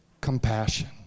compassion